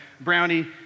Brownie